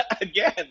again